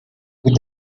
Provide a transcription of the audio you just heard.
with